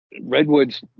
Redwoods